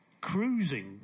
cruising